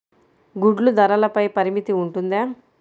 గుడ్లు ధరల పై పరిమితి ఉంటుందా?